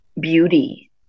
beauty